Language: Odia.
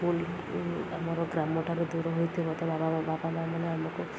ଆମର ଗ୍ରାମଠାରେ ଦୂର ହୋଇଥିବ ତ ବାପା ମାଆମାନେ ଆମକୁ